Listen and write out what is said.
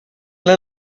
las